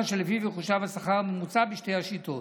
שלפיו יחושב השכר הממוצע בשתי השיטות.